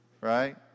right